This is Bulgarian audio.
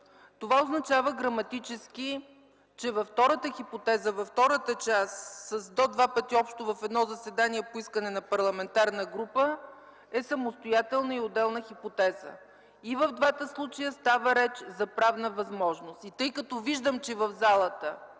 това означава граматически, че във втората хипотеза, във втората част – „до два пъти общо в едно заседание по искане на парламентарна група”, е самостоятелна и отделна хипотеза. И в двата случая става реч за правна възможност. Тъй като виждам, че в залата